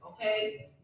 Okay